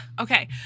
Okay